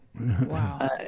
wow